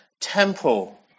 temple